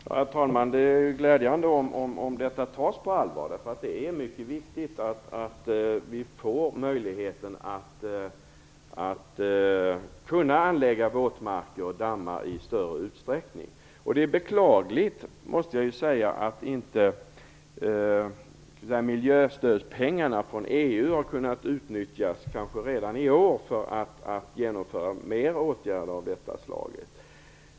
Herr talman! Det är glädjande om detta tas på allvar, därför att det är mycket viktigt att det blir möjligt att anlägga våtmarker och dammar i större utsträckning. Jag måste säga att det är beklagligt att inte miljöstödspengarna från EU har kunnat utnyttjas redan i år för att genomföra mer åtgärder av detta slag.